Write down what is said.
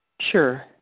Sure